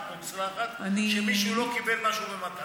אני נוטה להסכים איתך.